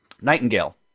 Nightingale